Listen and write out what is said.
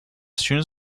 students